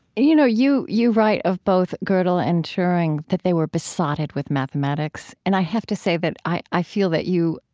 you know, you you write of both godel and turing, that they were besotted with mathematics. and i have to say that i i feel that you,